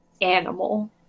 animal